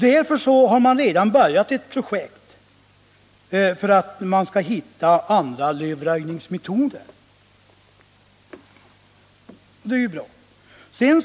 Därför har man redan påbörjat ett projekt för att hitta andra lövröjningsmetoder, och det är ju bra.